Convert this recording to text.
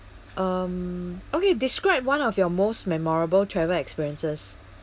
um okay describe one of your most memorable travel experiences